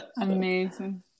Amazing